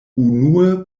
unue